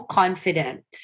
confident